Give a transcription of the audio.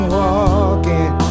walking